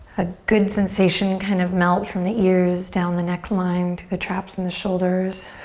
a good sensation kind of melt from the ears down the neckline to the traps and the shoulders.